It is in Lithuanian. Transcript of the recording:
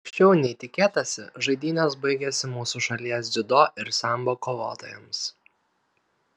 anksčiau nei tikėtasi žaidynės baigėsi mūsų šalies dziudo ir sambo kovotojams